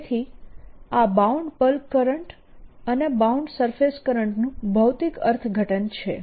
તેથી આ bound bulk current અને બાઉન્ડ સરફેસ કરંટનું ભૌતિક અર્થઘટન છે